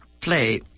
play